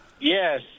Yes